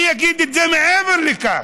אני אגיד את זה מעבר לכך.